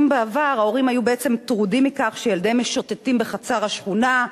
אם בעבר ההורים היו בעצם מוטרדים מכך שילדיהם משוטטים בחצר השכונה,